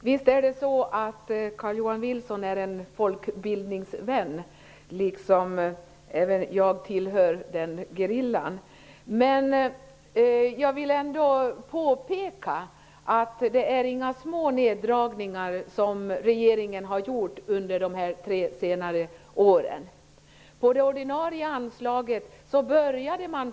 Herr talman! Visst är Carl-Johan Wilson en folkbildningsvän. Även jag tillhör den gerillan. Jag vill ändå påpeka att det inte är några små neddragningar som regeringen har gjort under de tre senaste åren.